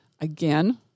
again